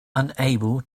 unable